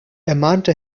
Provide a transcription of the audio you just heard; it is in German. ermahnte